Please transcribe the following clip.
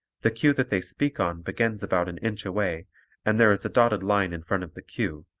the cue that they speak on begins about an inch away and there is a dotted line in front of the cue,